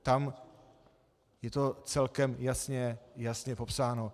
Tam je to celkem jasně, jasně popsáno.